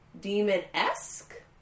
demon-esque